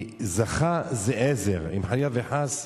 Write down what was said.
כי זכה זה "עזר", ואם, חלילה וחס,